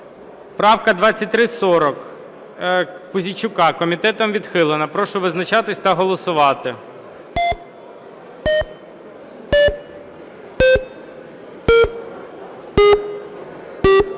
Правка 2340 Пузійчука. Комітетом відхилена. Прошу визначатися та голосувати.